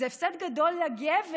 זה הפסד גדול לגבר,